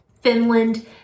finland